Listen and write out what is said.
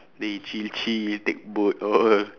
then he chill chill take boat all